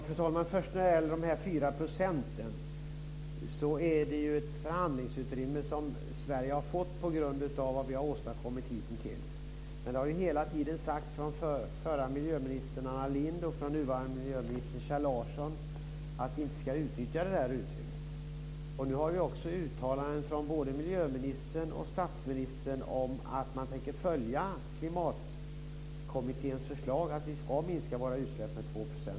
Fru talman! Först är det fråga om de 4 procenten. Det är ett förhandlingsutrymme tack vare det Sverige har åstadkommit hitintills. Den förra miljöministern Larsson har sagt att vi inte ska utnyttja utrymmet. Nu finns det uttalanden från både miljöministern och statsministern om att man tänker följa Klimatkommitténs förslag om att minska utsläppen med 2 %.